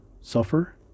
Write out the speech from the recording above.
suffer